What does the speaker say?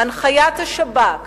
הנחיית השב"כ,